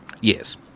Yes